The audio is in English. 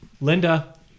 Linda